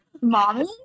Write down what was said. Mommy